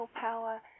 power